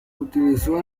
utilizó